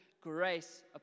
grace